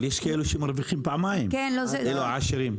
אבל יש כאלה שמרוויחים פעמיים, העשירים.